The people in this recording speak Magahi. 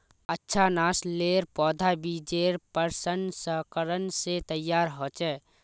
अच्छा नासलेर पौधा बिजेर प्रशंस्करण से तैयार होचे